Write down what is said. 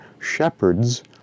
shepherds